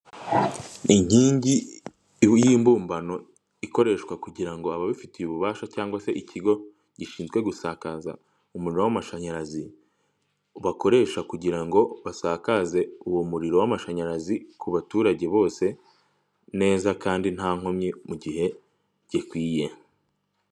Inkingi y'imbumbano ikoreshwa kugira ngo ababifitiye ububasha cyangwa se ikigo gishinzwe gusakaza umuriro w'amashanyarazi bakoresha; kugira ngo basakaze uwo muriro w'amashanyarazi ku baturage bose neza kandi nta nkomyi mu gihe gikwiye.